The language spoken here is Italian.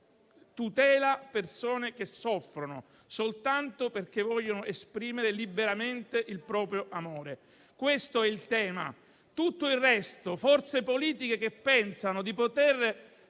tuteli persone che soffrono soltanto perché vogliono esprimere liberamente il proprio amore. Questo è il tema. Per il resto, forze politiche che pensano di poter